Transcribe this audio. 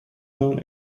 known